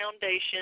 Foundation